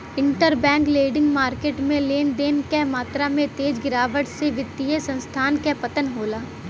interbank lending market में लेन देन क मात्रा में तेज गिरावट से वित्तीय संस्थान क पतन होला